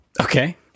Okay